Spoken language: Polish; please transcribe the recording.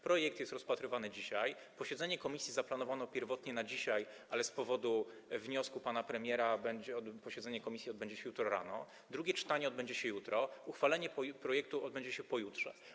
Projekt jest rozpatrywany dzisiaj, posiedzenie komisji zaplanowano pierwotnie na dzisiaj, ale z powodu wniosku pana premiera odbędzie się ono jutro rano, drugie czytanie odbędzie się jutro, uchwalenie projektu odbędzie się pojutrze.